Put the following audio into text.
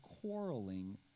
quarreling